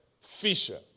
Fisher